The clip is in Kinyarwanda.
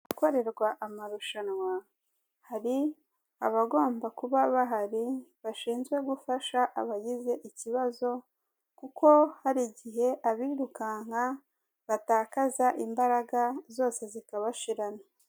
Ahakorerwa amarushanwa, hari abagomba kuba bahari bashinzwe gufasha abagize ikibazo, kuko hari igihe abirukanka batakaza imbaraga zose zikabashirana.